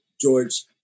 george